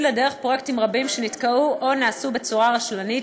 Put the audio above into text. לדרך פרויקטים רבים שנתקעו או נעשו בצורה רשלנית,